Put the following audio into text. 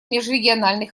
межрегиональный